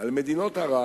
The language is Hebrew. על מדינות ערב